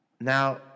Now